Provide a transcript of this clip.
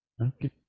Okay